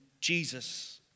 Jesus